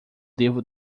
devo